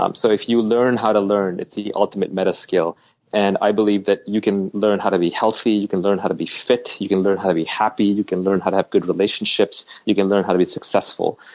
um so if you learn how to learn, it's the ultimate meta skill and i believe you can learn how to be healthy, you can learn how to be fit, you can learn how to be happy, you can learn how to have good relationships, you can learn how to be successful.